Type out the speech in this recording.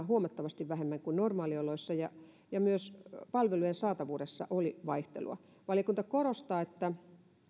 huomattavasti vähemmän kuin normaalioloissa ja ja myös palvelujen saatavuudessa oli vaihtelua valiokunta korostaa että